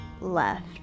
left